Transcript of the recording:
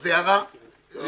זו הערה ראשונה.